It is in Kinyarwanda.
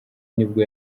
nibwo